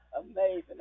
Amazing